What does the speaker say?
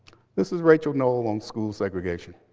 this is rachel noel on school segregation.